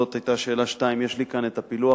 זאת היתה שאלה 2. יש לי כאן הפילוח,